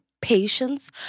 patience